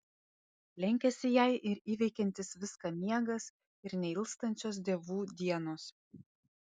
lenkiasi jai ir įveikiantis viską miegas ir neilstančios dievų dienos